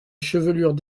chevelure